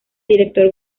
director